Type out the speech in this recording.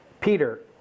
Peter